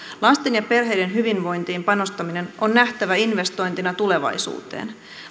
lasten ja perheiden hyvinvointiin panostaminen on nähtävä investointina tulevaisuuteen